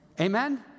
Amen